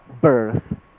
birth